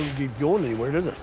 get going anywhere, does it?